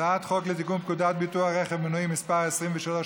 הצעת חוק לתיקון פקודת ביטוח רכב מנועי (מס' 23),